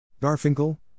Garfinkel